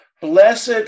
Blessed